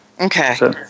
Okay